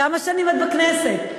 כמה שנים את בכנסת?